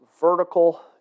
vertical